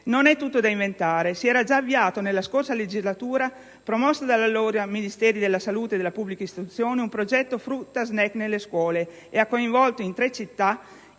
Non è tutto da inventare: si era già avviato nella scorsa legislatura, promossa dall'allora Ministeri delle salute e della pubblica istruzione, un progetto «frutta *snack*» nelle scuole, che ha coinvolto in tre città